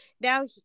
now